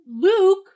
Luke